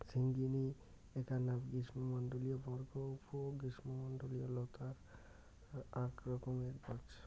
ঝিঙ্গিনী এ্যাকনা গ্রীষ্মমণ্ডলীয় বর্গ ও উপ গ্রীষ্মমণ্ডলীয় নতার আক রকম গছ